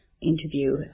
interview